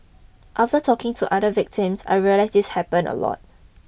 after talking to other victims I realised this happens a lot